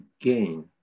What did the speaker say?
gain